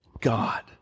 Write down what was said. God